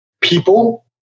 people